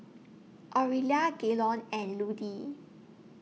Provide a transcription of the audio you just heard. Orelia Gaylon and Ludie